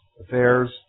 Affairs